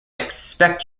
expect